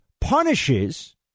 punishes